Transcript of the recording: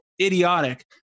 idiotic